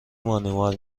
بانوان